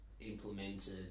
implemented